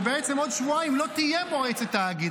ובעצם עוד שבועיים לא תהיה מועצת תאגיד.